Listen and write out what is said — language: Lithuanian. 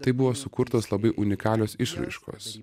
taip buvo sukurtos labai unikalios išraiškos įprasti